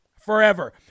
forever